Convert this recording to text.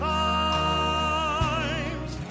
times